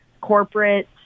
corporate